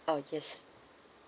uh yes